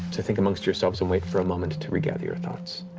to think amongst yourselves and wait for a moment to regather your thoughts.